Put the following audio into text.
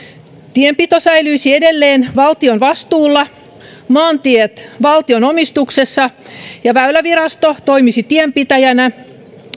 tienpito säilyisi edelleen valtion vastuulla maantiet valtion omistuksessa ja väylävirasto toimisi tienpitäjänä